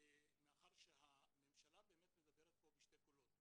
מאחר שהממשלה באמת מדברת פה בשני קולות,